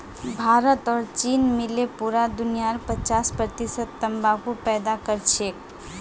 भारत और चीन मिले पूरा दुनियार पचास प्रतिशत तंबाकू पैदा करछेक